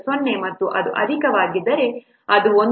0 ಮತ್ತು ಅದು ಅಧಿಕವಾಗಿದ್ದರೆ ಅದು 0